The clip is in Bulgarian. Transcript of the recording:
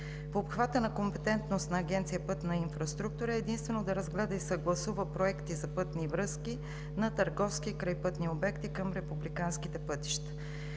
В обхвата на компетентност на Агенция „Пътна инфраструктура“ е единствено да разгледа и съгласува проекти за пътни връзки на търговски крайпътни обекти към републиканските пътища.